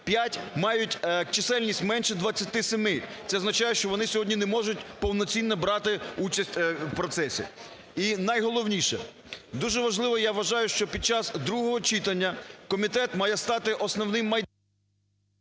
мають чисельність меншу 27. Це означає, що вони сьогодні не можуть повноцінно брати участь в процесі. І найголовніше – дуже важливо, я вважаю, що під час другого читання комітет має стати основним…